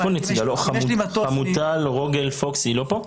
יש פה נציגה, חמוטל רוגל פוקס, היא לא נמצאת פה?